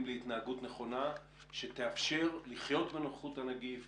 להתנהגות נכונה שתאפשר לחיות בנוכחות הנגיף,